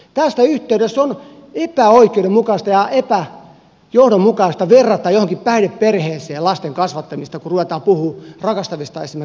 tässä yhteydessä on epäoikeudenmukaista ja epäjohdonmukaista verrata tilannetta lasten kasvattamiseen jossakin päihdeperheessä kun ruvetaan puhumaan esimerkiksi rakastavasta homo tai lesboperheestä